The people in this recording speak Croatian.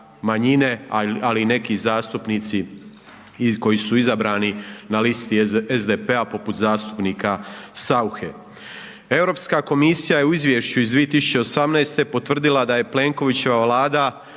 manjine, ali i neki zastupnici koji su izabrani na listu SDP-a poput zastupnika Sauche. EU komisija je u izvješću iz 2018. potvrdila da je Plenkovićeva Vlada